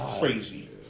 crazy